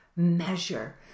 measure